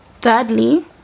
Thirdly